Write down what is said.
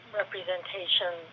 representation